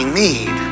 need